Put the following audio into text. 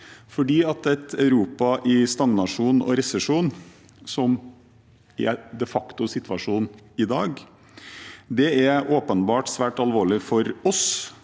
Et Europa i stagnasjon og resesjon, som de facto er situasjo nen i dag, er åpenbart svært alvorlig for oss,